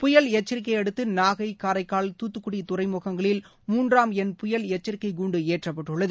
புயல் எச்சிக்கையை அடுத்து நாகை காரைக்கால் தூத்துக்குடி துறைமுகங்களில் மூன்றாம் எண் புயல் எச்சரிக்கை கூண்டு ஏற்றப்பட்டுள்ளது